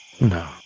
No